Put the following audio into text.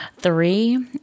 Three